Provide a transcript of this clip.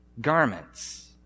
garments